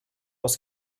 was